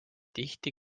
tihti